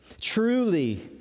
Truly